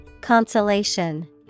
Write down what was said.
Consolation